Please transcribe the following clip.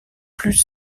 plus